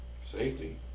Safety